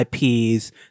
ips